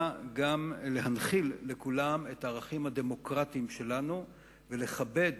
גם להנחיל לכולם את הערכים הדמוקרטיים שלנו ולכבד